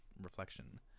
reflection